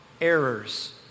errors